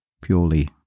purely